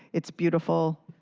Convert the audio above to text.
it's beautiful.